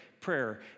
prayer